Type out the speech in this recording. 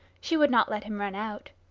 she would not let him run out.